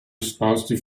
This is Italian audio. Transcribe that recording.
esposti